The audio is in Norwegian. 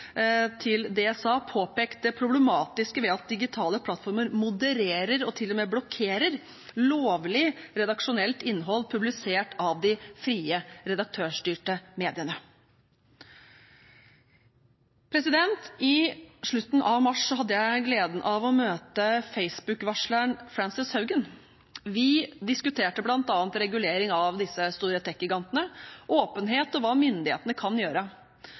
til og med blokkerer lovlig redaksjonelt innhold publisert av de frie redaktørstyrte mediene. I slutten av mars hadde jeg gleden av å møte Facebook-varsleren Frances Haugen. Vi diskuterte bl.a. regulering av disse store teknologigigantene, åpenhet og hva myndighetene kan gjøre.